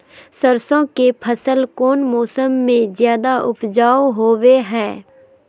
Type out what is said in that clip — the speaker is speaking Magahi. सरसों के फसल कौन मौसम में ज्यादा उपजाऊ होबो हय?